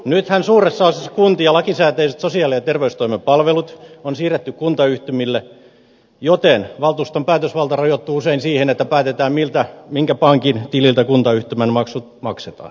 nythän suuressa osassa kuntia lakisääteiset sosiaali ja terveystoimen palvelut on siirretty kuntayhtymille joten valtuuston päätösvalta rajoittuu usein siihen että päätetään minkä pankin tililtä kuntayhtymän maksut maksetaan